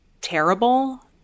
Terrible